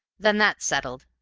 then that's settled,